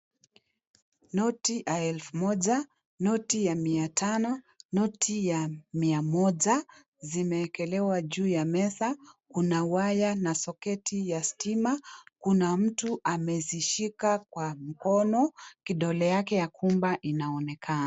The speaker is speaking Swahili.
Noti ya elfu moja, noti ya mia tano, noti ya mia moja, zimewekelewa juu ya meza. Kuna waya na soketi ya stima, kuna mtu amezishika kwa mkono, kidole yake ya gumba inaonekana.